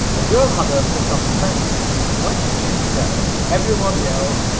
a girl had her foot on the fence and when she took it down every one yelled,